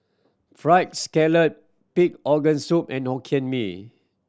Fried Scallop pig organ soup and Hokkien Mee